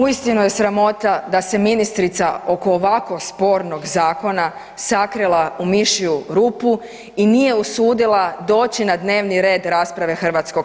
Uistinu je sramota da se ministrica oko ovako spornog zakona sakrila u mišju rupu i nije usudila doći na dnevni red rasprave HS.